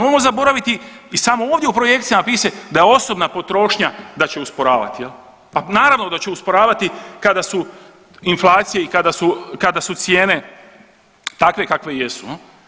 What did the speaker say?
Nemojmo zaboraviti i samo ovdje u projekcijama piše da je osobna potrošnja da će usporavati jel, a naravno da će usporavati kada su inflacije i kada su, kada su cijene takve kakve jesu.